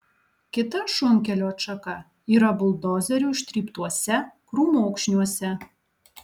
kita šunkelio atšaka yra buldozerių ištryptuose krūmokšniuose